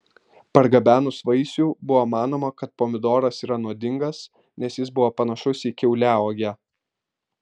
pargabenus vaisių buvo manoma kad pomidoras yra nuodingas nes jis buvo panašus į kiauliauogę